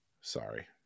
Sorry